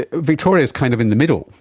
ah victoria is kind of in the middle.